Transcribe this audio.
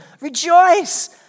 Rejoice